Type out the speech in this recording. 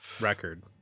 record